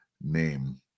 name